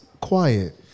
quiet